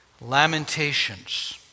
Lamentations